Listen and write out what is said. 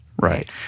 Right